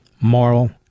Moral